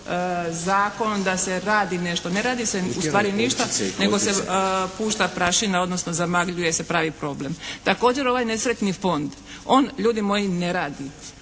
zakon, da se radi nešto. Ne radi se ustvari ništa nego se pušta prašina ono zamagljuje se pravi problem. Također ovaj nesretni fond on ljudi moji ne radi.